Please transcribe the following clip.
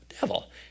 devil